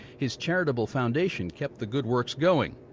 his charitable foundation kept the good works going.